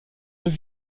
deux